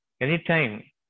Anytime